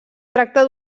tracta